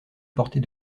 porter